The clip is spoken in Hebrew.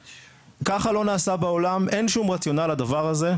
ככה לא נעשה בעולם, אין שום רציונל לדבר הזה.